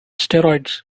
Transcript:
steroids